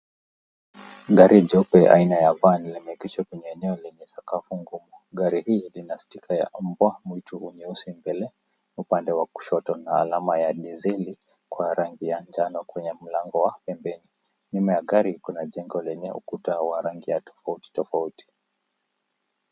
Gari jeupe aina ya van limeegeshwa kwenye eneo lenye sakafu ngumu. Gari hii lina stika ya mbwa mweusi mbele upande wa kushoto na alama ya diesel kwa rangi ya njano kwenye mlango wa pembeni. Nyuma ya gari kuna jengo lenye ukuta wa rangi tofauti tofauti.